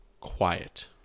quiet